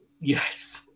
Yes